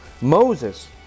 Moses